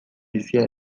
bizia